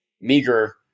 meager